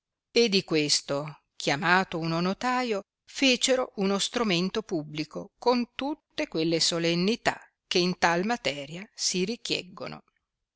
e di questo chiamato uno notaio fecero uno stromento publico con tutte quelle solennità che in tal materia si richieggono